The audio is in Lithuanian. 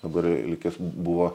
dabar likęs buvo